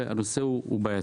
זה נושא בעייתי.